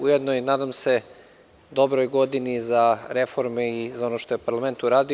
Ujedno se nadam i dobroj godini za reforme i za ono što je parlament uradio.